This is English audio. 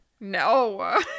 No